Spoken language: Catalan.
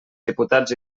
diputats